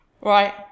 Right